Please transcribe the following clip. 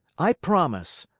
i promise.